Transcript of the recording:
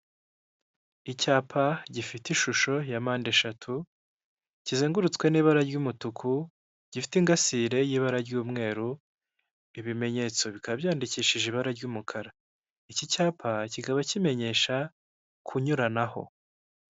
Icyapa gifite ishusho ya mpandeshatu, kizengurutswe n'ibara ry'umutuku gifite ingasire y'ibara ry'umweru, ibimenyetso bikaba byandikishije ibara ry'umukara. Iki cyapa kikaba kimenyesha kunyuranaho.